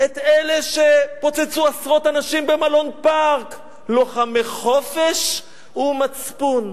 את אלה שפוצצו עשרות אנשים במלון "פארק" לוחמי חופש ומצפון.